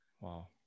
wow